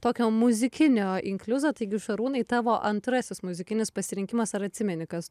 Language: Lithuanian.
tokio muzikinio inkliuzo taigi šarūnai tavo antrasis muzikinis pasirinkimas ar atsimeni kas